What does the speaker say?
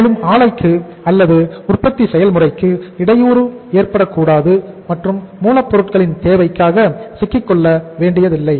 மேலும் ஆலைக்கு அல்லது உற்பத்தி செய்முறைக்கு இடையூறு ஏற்படக்கூடாது மற்றும் மூலப்பொருட்களின் தேவைக்காக சிக்கிக் கொள்ள வேண்டியதில்லை